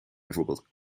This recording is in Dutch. bijvoorbeeld